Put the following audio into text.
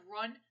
run